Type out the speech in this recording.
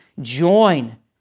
join